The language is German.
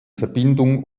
verbindung